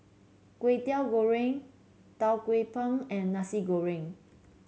Kway Teow Goreng Tau Kwa Pau and Nasi Goreng